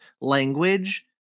language